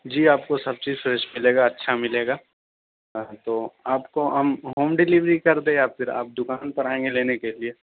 جی آپ کو سب چیز فریش ملے گا اچھا ملے گا ہاں تو آپ کو ہم ہوم ڈلیوری کر دیں یا پھر آپ دکان پر آئیں گے لینے کے لیے